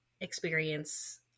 experience